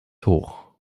hoch